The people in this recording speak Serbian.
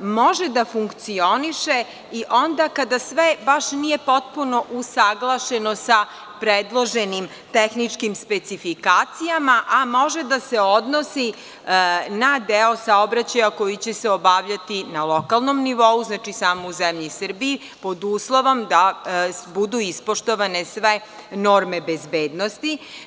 može da funkcioniše i onda kada sve baš nije potpuno usaglašeno sa predloženim tehničkim specifikacijama, a može da se odnosi na deo saobraćaja koji će se obavljati na lokalnom nivou, znači samo u zemlji Srbiji, pod uslovom da budu ispoštovane sve norme bezbednosti.